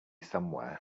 somewhere